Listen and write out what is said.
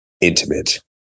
intimate